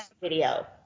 video